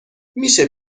میشه